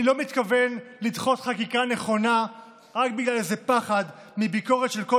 אני לא מתכוון לדחות חקיקה נכונה רק בגלל איזה פחד מביקורת של כל